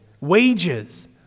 Wages